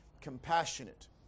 compassionate